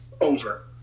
over